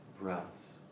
breaths